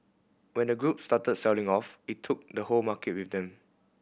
when the group started selling off it took the whole market with them